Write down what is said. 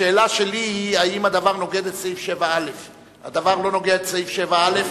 השאלה שלי היא אם הדבר נוגד את סעיף 7א. הדבר לא נוגד את סעיף 7א,